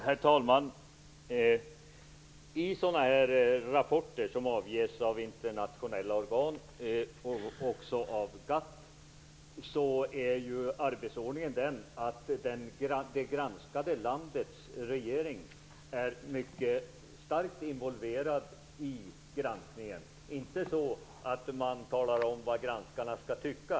Herr talman! I sådana här rapporter som avges av internationella organ - också av GATT - är arbetsordningen den att det granskade landets regering mycket starkt är involverad i granskningen. Man är det inte på så sätt att man talar om vad granskarna skall tycka.